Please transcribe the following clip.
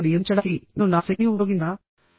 పిల్లలను నియంత్రించడానికి నేను నా శక్తిని ఉపయోగించానా